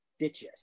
bitches